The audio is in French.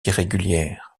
irrégulière